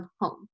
home